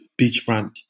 beachfront